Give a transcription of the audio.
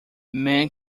man